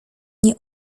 nie